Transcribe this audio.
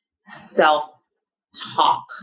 Self-talk